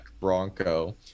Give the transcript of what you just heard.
bronco